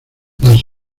las